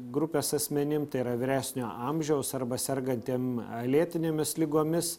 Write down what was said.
grupės asmenim tai yra vyresnio amžiaus arba sergantiem lėtinėmis ligomis